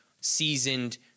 seasoned